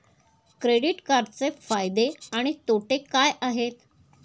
Credit कार्डचे फायदे आणि तोटे काय आहेत?